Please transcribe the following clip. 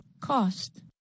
Cost